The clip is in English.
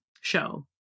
show